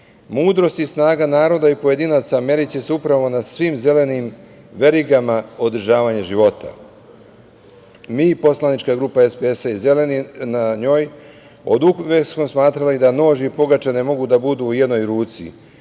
Mudrost i snaga naroda i pojedinaca meriće se upravo na svim zelenim verigama održavanja života. Mi poslanička grupa SPS i Zeleni oduvek smo smatrali da nož i pogača ne mogu da budu u jednoj ruci.